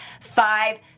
five